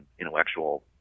intellectual